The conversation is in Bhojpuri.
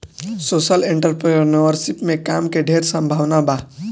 सोशल एंटरप्रेन्योरशिप में काम के ढेर संभावना बा